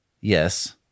yes